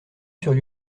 sur